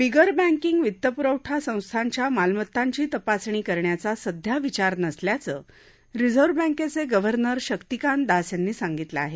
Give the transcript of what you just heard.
बिगर banking वित्तपुरवठा संस्थांच्या मालमत्तांची तपासणी करण्याचा सध्या विचार नसल्याचं रिझर्ब बैंकेचे गव्हर्नर शक्तीकांत दास यांनी सांगितलं आहे